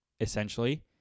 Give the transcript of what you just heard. essentially